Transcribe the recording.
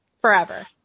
forever